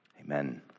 Amen